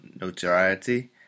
notoriety